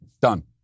Done